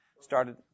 Started